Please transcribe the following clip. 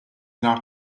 nach